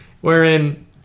Wherein